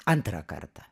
antrą kartą